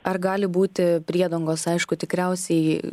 ar gali būti priedangos aišku tikriausiai